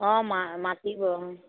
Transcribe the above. অঁ মা মাতিব অঁ